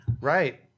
Right